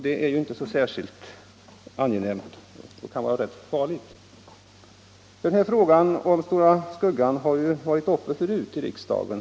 Det kan vara ganska farligt. Frågan om Stora Skuggan har tidigare varit uppe i riksdagen.